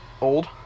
Old